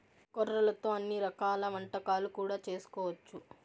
కొర్రలతో అన్ని రకాల వంటలు కూడా చేసుకోవచ్చు